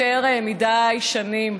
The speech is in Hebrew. יותר מדי שנים.